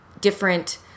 different